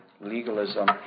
legalism